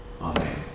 Amen